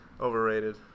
Overrated